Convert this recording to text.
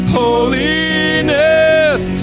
holiness